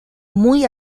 muy